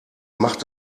macht